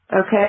Okay